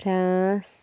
France